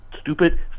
stupid